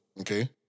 okay